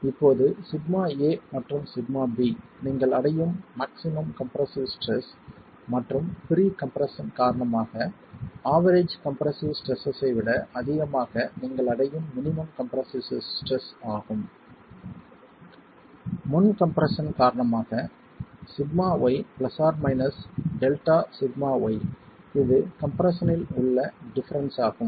எனவே இப்போது σa மற்றும் σb நீங்கள் அடையும் மாக்ஸிமம் கம்ப்ரசிவ் ஸ்ட்ரெஸ் மற்றும் ப்ரீ கம்ப்ரெஸ்ஸன் காரணமாக ஆவெரேஜ் கம்ப்ரசிவ் ஸ்ட்ரெஸ் ஐ விட அதிகமாக நீங்கள் அடையும் மினிமம் கம்ப்ரசிவ் ஸ்ட்ரெஸ் ஆகும் முன் கம்ப்ரெஸ்ஸன் காரணமாக σy ± Δσy இது கம்ப்ரெஸ்ஸன் இல் உள்ள டிஃபரென்ஸ் ஆகும்